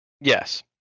Yes